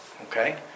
Okay